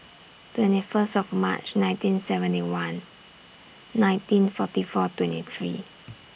twenty First of March nineteen seventy one nineteen forty four twenty three